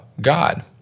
God